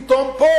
פתאום פה